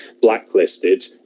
blacklisted